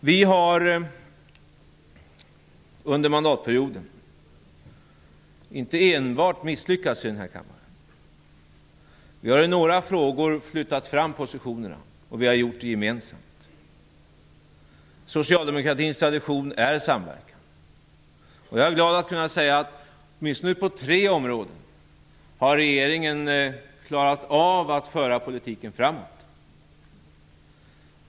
Vi har under mandatperioden inte enbart misslyckats här i kammaren. I några frågor har vi flyttat fram positionerna, och vi har gjort det gemensamt. Socialdemokratins tradition är samverkan. Jag är glad att kunna säga att regeringen åtminstone på tre områden har klarat av att föra politiken framåt.